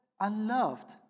unloved